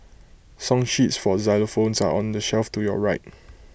song sheets for xylophones are on the shelf to your right